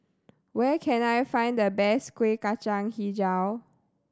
where can I find the best Kueh Kacang Hijau